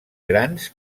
grans